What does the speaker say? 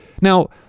Now